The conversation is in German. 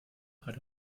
hatte